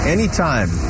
Anytime